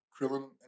Krillin